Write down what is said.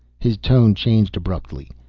his tone changed abruptly.